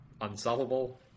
unsolvable